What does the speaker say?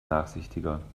nachsichtiger